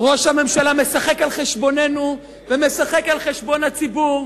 ראש הממשלה משחק על חשבוננו ומשחק על חשבון הציבור,